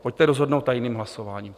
Pojďte rozhodnout tajným hlasováním.